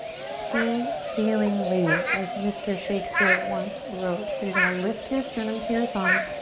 see feelingly as mr. shakespeare once wrote. so you're gonna lift your sternum to your thumbs.